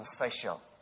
official